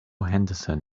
henderson